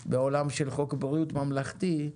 בעולם של חוק בריאות ממלכתי,